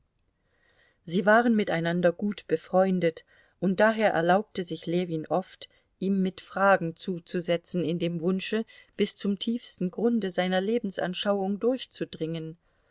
sie waren miteinander gut befreundet und daher erlaubte sich ljewin oft ihm mit fragen zuzusetzen in dem wunsche bis zum tiefsten grunde seiner lebensanschauung durchzudringen